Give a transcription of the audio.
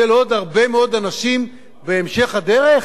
של עוד הרבה מאוד אנשים בהמשך הדרך?